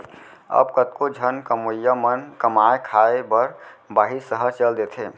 अब कतको झन कमवइया मन कमाए खाए बर बाहिर सहर चल देथे